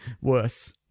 worse